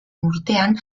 urtean